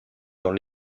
dans